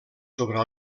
sobre